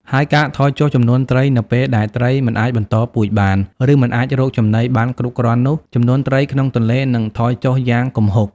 ហើយការថយចុះចំនួនត្រីនៅពេលដែលត្រីមិនអាចបន្តពូជបាន ឬមិនអាចរកចំណីបានគ្រប់គ្រាន់នោះ ចំនួនត្រីក្នុងទន្លេនឹងថយចុះយ៉ាងគំហុក។